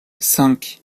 cinq